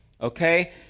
okay